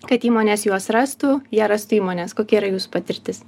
kad įmonės juos rastų jie rastų įmones kokia yra jūsų patirtis